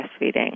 breastfeeding